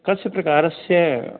कस्य प्रकारस्य